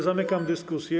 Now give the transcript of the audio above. Zamykam dyskusję.